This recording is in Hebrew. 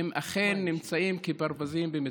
אכן נמצאים כברווזים במטווח.